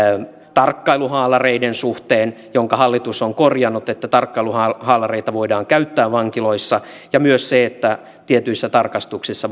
tarkkailuhaalareiden suhteen jonka hallitus on korjannut että tarkkailuhaalareita voidaan käyttää vankiloissa ja myös se että tietyissä tarkastuksissa